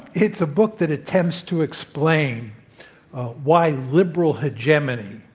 it's a book that attempts to explain why liberal hegemony,